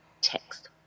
text